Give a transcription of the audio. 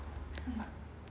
haha